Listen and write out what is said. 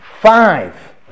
Five